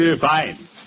Fine